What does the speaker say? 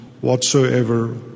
whatsoever